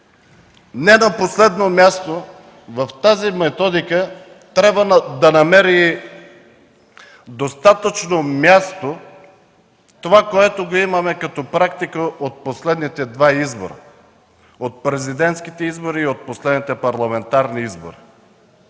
Не на последно място, в тази методика трябва да намери достатъчно място това, което имаме като практика от последните два избора – президентските и от последните парламентарни избори.